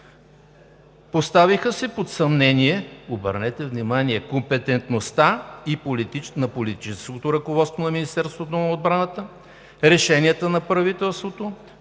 Поставиха се под съмнение, обърнете внимание, компетентността на политическото ръководство на Министерството на отбраната, решенията на правителството,